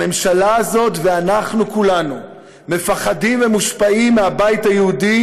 הממשלה הזאת ואנחנו כולנו מפחדים ומושפעים מהבית היהודי